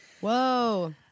Whoa